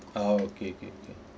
oh okay okay okay